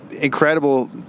incredible